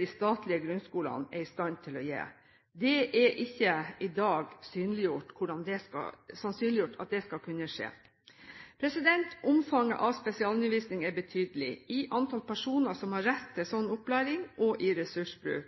de statlige grunnskolene er i stand til å gi. I dag er ikke det sannsynliggjort at det skal kunne skje. Omfanget av spesialundervisning er betydelig – i antall personer som har rett til